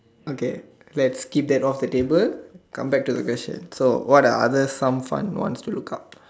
okay let's keep that off the table come back to the question so what are the other some fun ones to look up